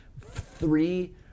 Three